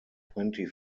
twenty